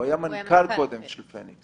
הוא היה קודם מנכ"ל של "פניקס".